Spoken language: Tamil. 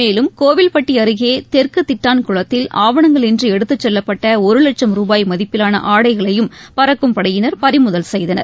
மேலும் கோவில்பட்டிஅருகேதெற்குதிட்டான் குளத்தில் ஆவணங்கள் இன்றிஎடுத்துச் செல்லப்பட்டஒருலட்சம் ருபாய் மதிப்பிலானஆடைகளையும் பறக்கும் படையினர் பறிமுதல் செய்தனர்